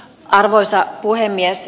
arvoisa puhemies